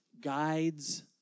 guides